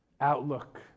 outlook